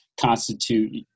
constitute